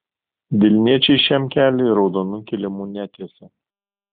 vilniečiai šiam keliui raudonų kilimų netiesė